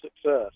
success